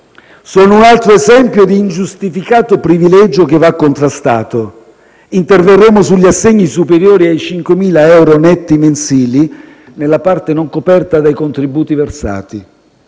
sono un altro esempio di ingiustificato privilegio che va contrastato. Interverremo sugli assegni superiori ai 5.000 euro netti mensili, nella parte non coperta dai contributi versati.